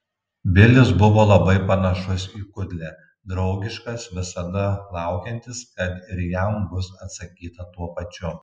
bilis buvo labai panašus į kudlę draugiškas visada laukiantis kad ir jam bus atsakyta tuo pačiu